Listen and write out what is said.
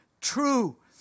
true